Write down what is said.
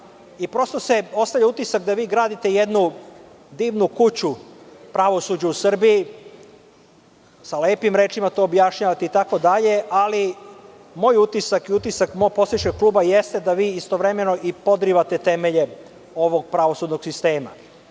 i prosto se ostavlja utisak da vi gradite jednu divnu kuću pravosuđu u Srbiji, sa lepim rečima to objašnjavate itd, ali moj utisak i utisak mog poslaničkog kluba jeste da vi istovremeno i podrivate temelje ovog pravosudnog sistema. Naime,